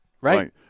right